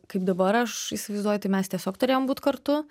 kaip dabar aš įsivaizduoju tai mes tiesiog turėjom būt kartu